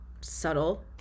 subtle